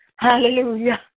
Hallelujah